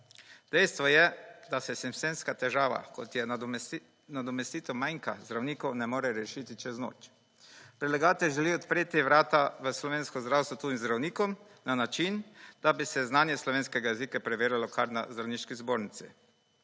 Dejstvo, da se sistemska težava, kot je nadomestitev manka zdravnikov ne more rešiti čez noč. Predlagatelj želi odpreti vrata v slovensko zdravstvo tujim zdravnikom na način, da bi se znanje slovenskega jezika preverjalo kar na Zdravniški zbornici.